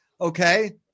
okay